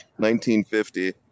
1950